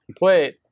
Wait